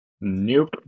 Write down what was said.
Nope